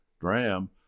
dram